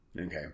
Okay